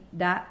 da